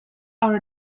are